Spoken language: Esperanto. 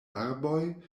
arboj